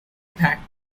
packed